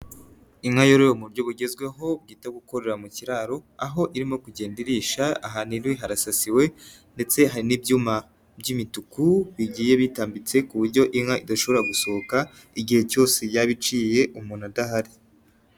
Inka reroroye muburyo bugezweho, bwita gukorera mu kiraro, aho irimo kugenda irisha ahantu iri harasasiwe ndetse hari n'ibyuma by'imituku, bigiye bitambitse kuburyo inka idashobora gusohoka, igihe cyose yaba iciye, umuntu adahari.